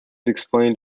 explained